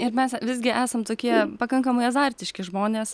ir mes visgi esam tokie pakankamai azartiški žmonės